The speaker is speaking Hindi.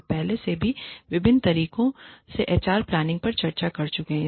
हम पहले से ही विभिन्न तरीकों से एचआर प्लानिंग पर चर्चा कर चुके हैं